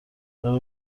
داره